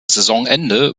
saisonende